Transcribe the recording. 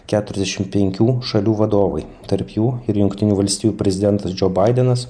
keturiasdešim penkių šalių vadovai tarp jų ir jungtinių valstijų prezidentas dž baidenas